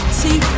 see